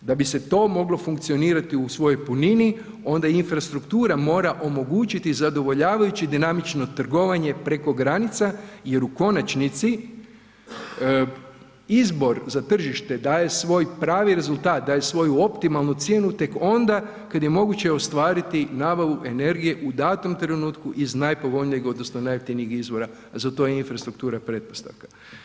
Da bi se to moglo funkcionirati u svojoj punini onda infrastruktura mora omogućiti zadovoljavajuće dinamično trgovanje preko granica jer u konačnici izbor za tržište daje svoj pravi rezultat, daje svoju optimalnu cijenu tek onda kad je moguće ostvariti nabavu energije u datom trenutku iz najpovoljnijeg odnosno najjeftinijeg izvora, za to je infrastruktura pretpostavka.